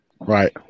Right